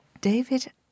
david